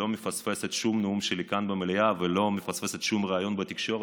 שלא מפספסת שום נאום שלי כאן במליאה ולא מפספסת שום ריאיון בתקשורת,